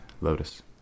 Lotus